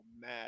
mad